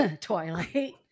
Twilight